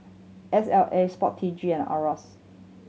S L A Sport T G and IRAS